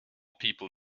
people